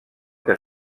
que